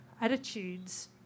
attitudes